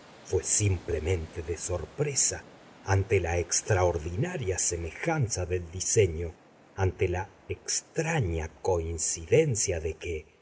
fué simplemente de sorpresa ante la extraordinaria semejanza del diseño ante la extraña coincidencia de que